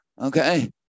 okay